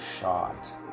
shot